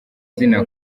zina